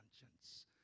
conscience